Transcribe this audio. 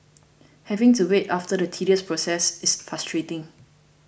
having to wait after the tedious process is frustrating